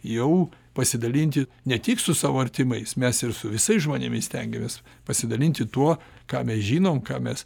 jau pasidalinti ne tik su savo artimais mes ir su visais žmonėmis stengiamės pasidalinti tuo ką mes žinom ką mes